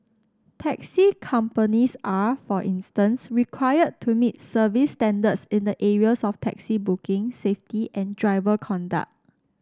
taxi companies are for instance required to meet service standards in the areas of taxi booking safety and driver conduct